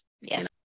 Yes